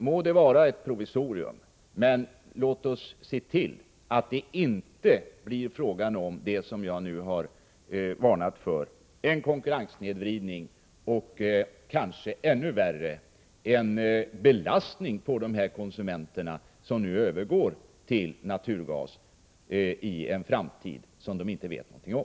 Må det vara ett provisorium, men låt oss hoppas till att det inte blir frågan om det som jag nu har varnat för, en konkurrenssnedvridning eller — kanske ännu värre — en överraskande belastning på de konsumenter som övergår till naturgas i en nära framtid som de inte vet någonting om.